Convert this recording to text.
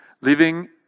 living